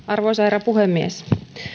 arvoisa herra puhemies